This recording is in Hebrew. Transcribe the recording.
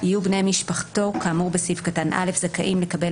יהיו בני משפחתו כאמור בסעיף קטן (א) זכאים לקבל